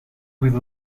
with